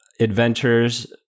adventures